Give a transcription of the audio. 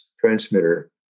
transmitter